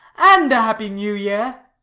and a happy new year!